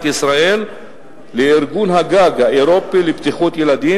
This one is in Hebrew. ישראל לארגון הגג האירופי לבטיחות ילדים,